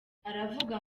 aravuga